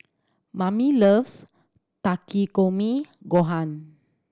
Mamie loves Takikomi Gohan